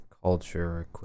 culture